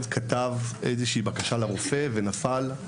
כדי לכתוב איזו שהיא בקשה לרופא ונפל.